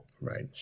Right